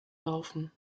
laufen